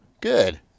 Good